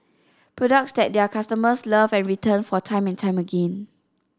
products that their customers love and return for time and time again